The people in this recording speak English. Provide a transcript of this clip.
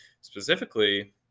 Specifically